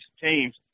teams